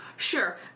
Sure